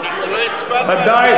ודאי.